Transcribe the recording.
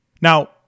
Now